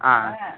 ஆ